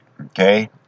Okay